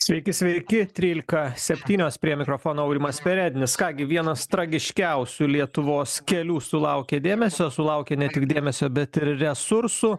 sveiki sveiki trylika septynios prie mikrofono aurimas perednis ką gi vienas tragiškiausių lietuvos kelių sulaukė dėmesio sulaukė ne tik dėmesio bet ir resursų